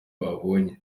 babonye